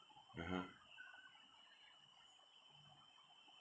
(uh huh)